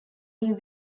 new